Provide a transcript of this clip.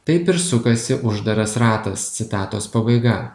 taip ir sukasi uždaras ratas citatos pabaiga